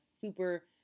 super